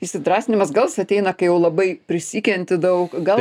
įsidrąsinimas gal jis ateina kai jau labai prisikenti daug gal